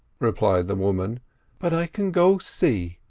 replied the woman but i can go see.